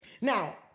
Now